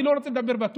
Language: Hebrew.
אני לא רוצה להגיד בטוח.